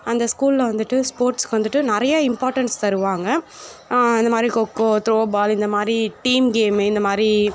அந்த ஸ்கூல்ல வந்துட்டு ஸ்போர்ட்ஸுக்கு வந்துட்டு நிறையா இம்பார்ட்டன்ஸ் தருவாங்க இந்தமாதிரி கொக்கோ த்ரோபால் இந்தமாதிரி டீம் கேம் இந்தமாதிரி